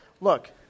Look